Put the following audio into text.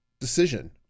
decision